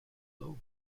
low